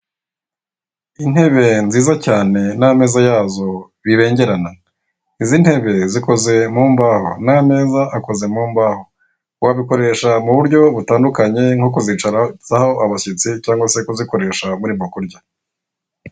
Intebe nziza cyane n'ameza yazo birengerena, izi ntebe zikoze mu mbaho n'ameza akoze mu mbaho, wabikoresha mu buryo butandukanye nko kuzicazaho abashyitsi cyangwa se kuzikoresha murimo kurya.